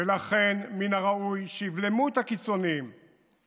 ולכן מן הראוי שיבלמו את הקיצוניים